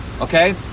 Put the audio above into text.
okay